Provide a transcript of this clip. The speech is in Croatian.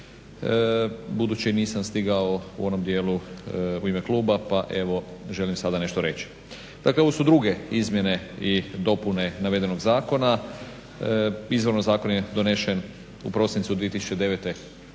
budući nisam stigao u onom djelu u ime kruga pa evo želim sada nešto reći. Evo ovo su druge izmjene i dopune navedenog zakona. Izvorno zakon je donesen u prosincu 2009.